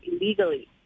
illegally